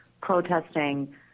protesting